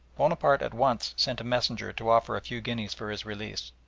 bonaparte at once sent a messenger to offer a few guineas for his release.